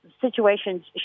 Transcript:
situations